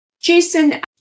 Jason